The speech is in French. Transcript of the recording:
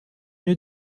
tenu